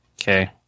Okay